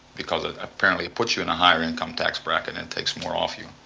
because ah apparently it puts you in a higher income tax bracket and it takes more off you.